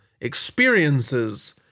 experiences